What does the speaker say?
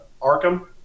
Arkham